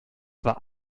war